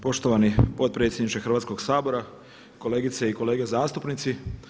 Poštovani potpredsjedniče Hrvatskog sabora, kolegice i kolege zastupnici.